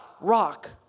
rock